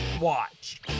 watch